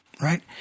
right